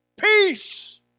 Peace